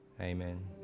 amen